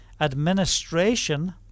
administration